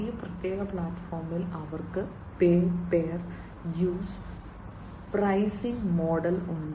ഈ പ്രത്യേക പ്ലാറ്റ്ഫോമിൽ അവർക്ക് pay per use pricing model ഉണ്ട്